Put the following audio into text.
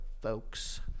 folks